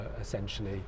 essentially